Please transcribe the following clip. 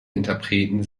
interpreten